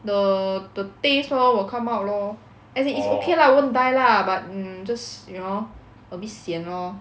the the taste lor will come out lor as in is okay lah won't die lah but um just you know a bit sian lor